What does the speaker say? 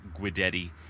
Guidetti